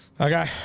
Okay